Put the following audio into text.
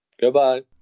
Goodbye